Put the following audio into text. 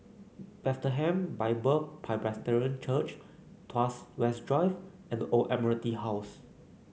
Bethlehem Bible Presbyterian Church Tuas West Drive and The Old Admiralty House